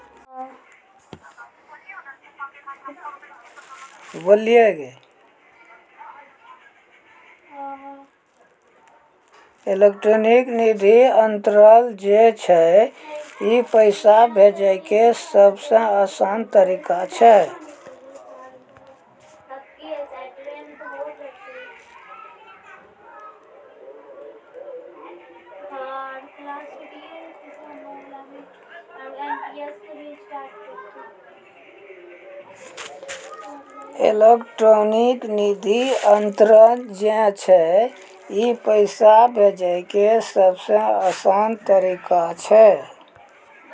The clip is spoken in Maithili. इलेक्ट्रानिक निधि अन्तरन जे छै ई पैसा भेजै के सभ से असान तरिका छै